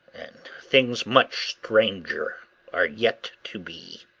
and things much stranger are yet to be.